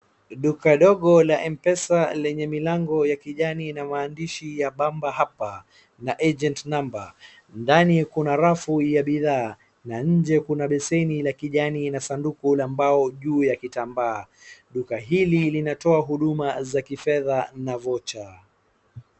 Duka dogo la mpesa lenye milango ya kijani na maandishi ya bamba hapa na agent number . Ndani kuna rafu ya bidhaa na nje kuna besheni ya kijani na sanduku la mbao juu ya kitambaa. Duka hili linatoa huduma za kifedha na vocha.